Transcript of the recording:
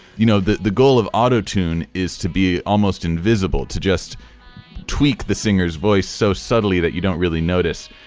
you know, the the goal of auto tune is to be almost invisible, to just tweak the singer's voice so suddenly that you don't really notice.